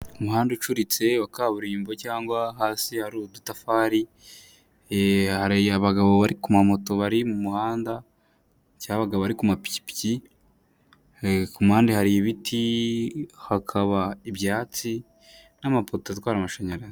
Umuhanda ucuritse wa kaburimbo cyangwa hasi hari udutafari, hari abagabo bari ku mamoto bari mu muhanda, cyangwa abagabo bari kumapikipiki, kumpande hari ibiti, hakaba ibyatsi, n'amapoto atwara amashanyarazi.